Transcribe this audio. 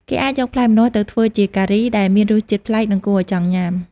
គេអាចយកផ្លែម្នាស់ទៅធ្វើជាការី ដែលមានរសជាតិប្លែក និងគួរឲ្យចង់ញ៉ាំ។